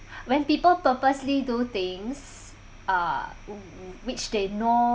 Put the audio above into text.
when people purposely do things uh w~ which they know